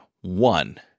one